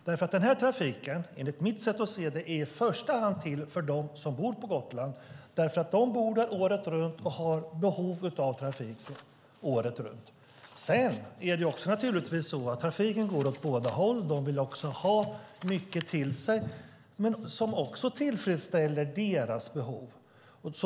Denna trafik är nämligen enligt mitt sätt att se det i första hand till för dem som bor på Gotland. De bor där året runt och har behov av trafiken året runt. Naturligtvis är det så att trafiken går åt båda håll - de vill också ha mycket till sig - men det tillfredsställer återigen deras behov.